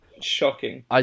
shocking